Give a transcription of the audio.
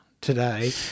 today